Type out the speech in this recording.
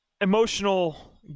emotional